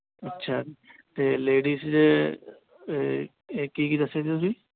ਅੱਛਾ ਅਤੇ ਲੇਡੀਜ਼ ਦੇ ਇਹ ਕੀ ਕੀ ਦੱਸਿਆ ਸੀ ਤੁਸੀਂ